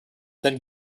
then